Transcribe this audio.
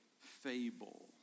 fable